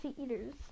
eaters